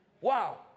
Wow